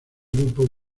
grupo